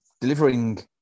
delivering